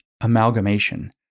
amalgamation